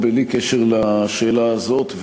בלי קשר לשאלה הזאת,